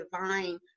divine